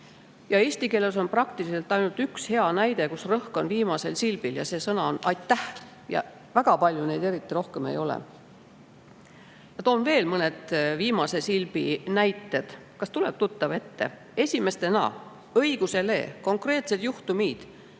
Eesti keeles on praktiliselt ainult üks hea näide, kus rõhk on viimasel silbil, ja see sõna on "aitäh". Väga palju neid sõnu rohkem ei ole. Ma toon veel mõned viimase silbi rõhutamise näited. Kas tuleb tuttav ette? Esimeste`na, õiguse`le, konkreetsed juhtu`mid,